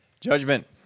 judgment